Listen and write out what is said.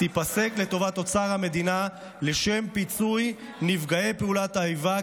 "תיפסק לטובת אוצר המדינה לשם פיצוי נפגעי פעולת האיבה,